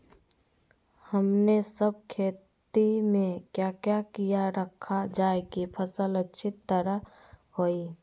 हमने सब खेती में क्या क्या किया रखा जाए की फसल अच्छी तरह होई?